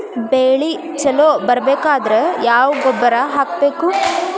ಬೆಳಿ ಛಲೋ ಬರಬೇಕಾದರ ಯಾವ ಗೊಬ್ಬರ ಹಾಕಬೇಕು?